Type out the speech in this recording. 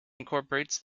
incorporates